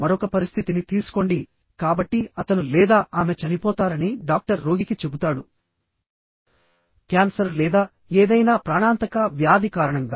మరొక పరిస్థితిని తీసుకోండి కాబట్టి అతను లేదా ఆమె చనిపోతారని డాక్టర్ రోగికి చెబుతాడుక్యాన్సర్ లేదా ఏదైనా ప్రాణాంతక వ్యాధి కారణంగా